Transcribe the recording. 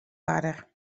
oarder